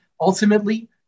ultimately